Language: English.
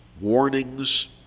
warnings